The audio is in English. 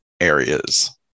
areas